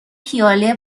پیاله